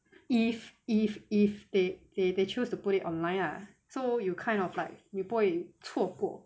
if if if they they they chose to put it online ah so you kind of like 你不会错过